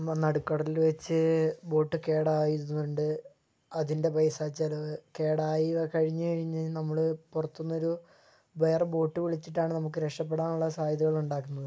നടുക്കടലിൽ വെച്ച് ബോട്ട് കേടായതുണ്ട് അതിൻ്റെ പൈസ ചിലവ് കേടായി കഴിഞ്ഞ് കഴിഞ്ഞ് നമ്മൾ പുറത്തു നിന്നൊരു വേറെ ബോട്ട് വിളിച്ചിട്ടാണ് നമുക്ക് രക്ഷപ്പെടാനുള്ള സാഹചര്യങ്ങളുണ്ടാക്കുന്നത്